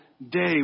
Day